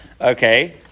Okay